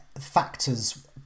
factors